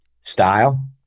style